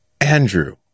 Andrew